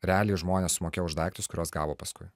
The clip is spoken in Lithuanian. realiai žmonės sumokėjo už daiktus kuriuos gavo paskui